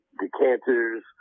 decanters